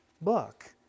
book